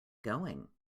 going